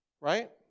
Right